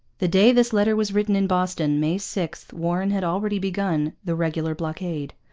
the day this letter was written in boston, may six, warren had already begun the regular blockade.